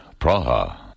Praha